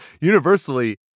universally